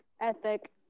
ethic